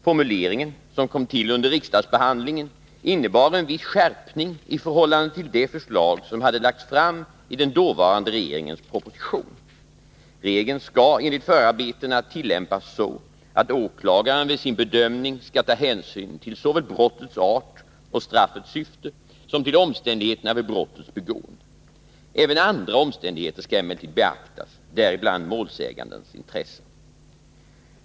Formuleringen, som kom till under riksdagsbehandlingen, innebar en viss skärpning i förhållande till det förslag som hade lagts fram i den dåvarande regeringens proposition. Regeln skall enligt förarbetena tillämpas så att åklagaren vid sin bedömning skall ta hänsyn till såväl brottets art och straffets syfte som till omständigheterna vid brottets begående. Även andra omständigheter skall emellertid beaktas, däribland målsägandens intresse.